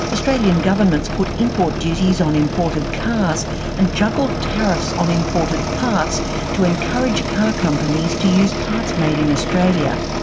australian governments put import duties on imported cars and juggled tariffs on imported parts to encourage car companies to use parts made in australia.